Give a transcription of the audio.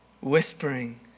whispering